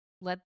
let